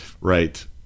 Right